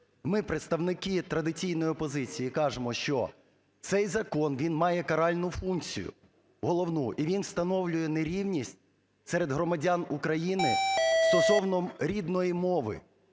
ми, представники традиційної опозиції, кажемо, що цей закон, він має каральну функцію головну і він встановлює нерівність серед громадян України стосовно рідної мови,